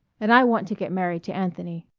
and i want to get married to anthony.